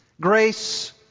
grace